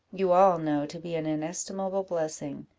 you all know to be an inestimable blessing.